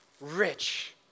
rich